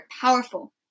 powerful